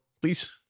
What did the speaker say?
please